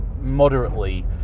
moderately